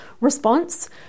response